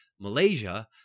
Malaysia